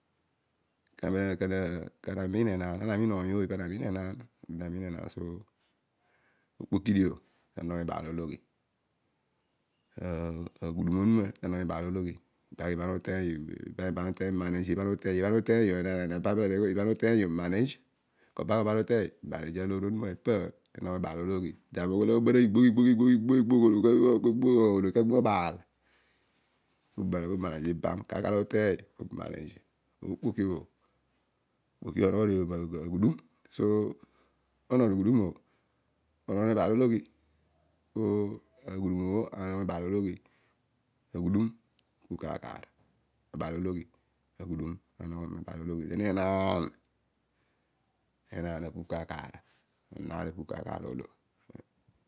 Kana miin enaan ana miin oiy ooy pana miin enaan so okpoki dio po bho na nogho mebaal ologhi aghudum ologhi, ibha ana uteiy o paarbho arooy ighol ibha ana uteiyo manage iban ibha ana uteiyo manage aloor onuma, than obara igbogh igbogh igbogh ku ko ologhi ko gbemobaal kaar kaar la ana uteiy pu manage okpoki orolio ma aghudum so aghum o puna nogho mebaalologhi. Aghudum apu kaar kaar ebaalologhi aghudum na nogho meobaaloghi ken enaan apu kaar kaar onon aar lo apu kaar kaar oolo